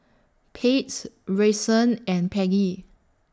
Pates Brycen and Peggy